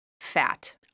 fat